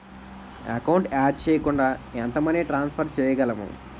Account add చేయకుండా ఎంత money transfer చేయగలము?